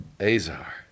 azar